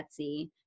Etsy